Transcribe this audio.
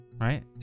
right